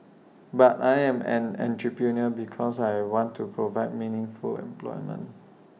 but I am an entrepreneur because I want to provide meaningful employment